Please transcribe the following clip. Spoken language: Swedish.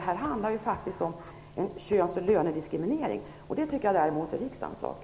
Det handlar om könsoch lönediskriminering. Det tycker jag däremot är riksdagens sak.